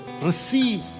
receive